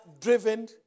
driven